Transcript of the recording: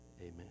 amen